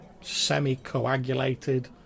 semi-coagulated